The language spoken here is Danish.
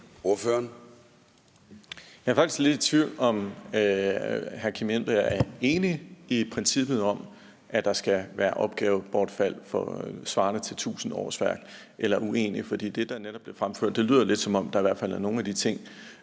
Jeg er faktisk lidt i tvivl om, hvorvidt hr. Kim Edberg Andersen er enig eller uenig i princippet om, at der skal være opgavebortfald svarende til tusind årsværk, for ud fra det, der netop er blevet fremført, lyder det lidt, som om der i hvert fald er nogle af de ting,